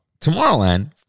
Tomorrowland